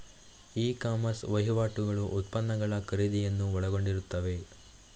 E commerce ವಹಿವಾಟುಗಳು ಉತ್ಪನ್ನಗಳ ಖರೀದಿಯನ್ನು ಒಳಗೊಂಡಿರುತ್ತವೆ